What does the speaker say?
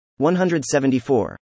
174